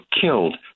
killed